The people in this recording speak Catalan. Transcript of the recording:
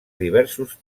diversos